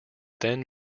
then